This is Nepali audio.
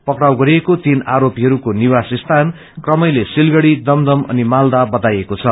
पक्राउ गरिएको तीन आरोपीहरूको निवास स्थान क्रमैले सिलगढ़ी दमदम अनि माल्दा बताइएको छ